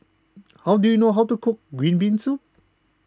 how do you know how to cook Green Bean Soup